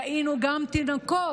ראינו גם תינוקות